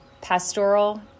pastoral